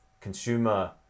consumer